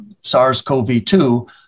SARS-CoV-2